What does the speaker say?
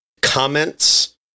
comments